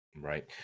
right